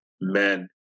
men